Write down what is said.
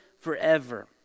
forever